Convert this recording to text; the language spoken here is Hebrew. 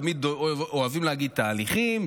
תמיד אוהבים להגיד: תהליכים,